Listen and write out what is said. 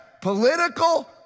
political